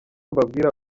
mbabwira